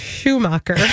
schumacher